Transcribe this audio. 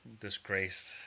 Disgraced